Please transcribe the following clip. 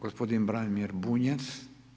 Gospodin Branimir Bunjac.